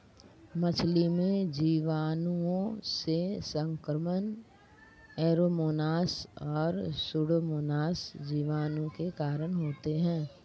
मछली में जीवाणुओं से संक्रमण ऐरोमोनास और सुडोमोनास जीवाणु के कारण होते हैं